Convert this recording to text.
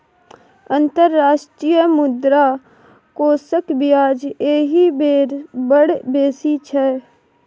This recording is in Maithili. अंतर्राष्ट्रीय मुद्रा कोषक ब्याज एहि बेर बड़ बेसी छै